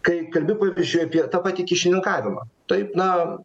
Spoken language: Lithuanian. kai kalbi pavyzdžiui apie tą patį kyšininkavimą taip na